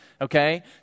Okay